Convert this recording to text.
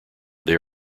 they